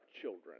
children